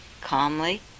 calmly